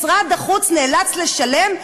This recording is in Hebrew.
משרד החוץ נאלץ לשלם,